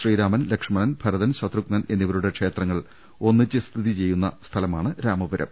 ശ്രീരാമൻ ലക്ഷ്മണൻ ഭരതൻ ശത്രുഘ്നൻ എന്നി വരുടെ ക്ഷേത്രങ്ങൾ ഒന്നിച്ചു സ്ഥിതി ചെയ്യുന്ന സ്ഥല മാണ് രാമപുരം